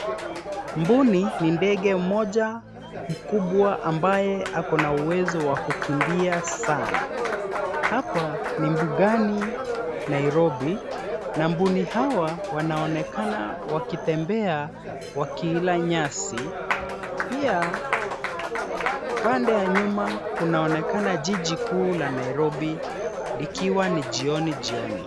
Mbuni ni ndege mmoja mkubwa ambaye ako na uwezo wa kukimbia sana. Hapa ni mbugani Nairobi na mbuni hawa wanaonekana wakitembea wakila nyasi. Pia pande ya nyuma kunaonekana jiji kuu la Nairobi ikiwa ni jioni jioni.